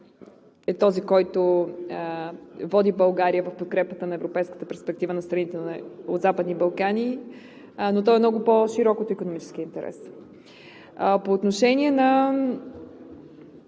е този, който води България за подкрепа на европейската перспектива на страните от Западните Балкани, но е много по-широк от икономическия интерес. По отношение на